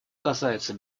касается